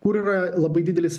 kur yra labai didelis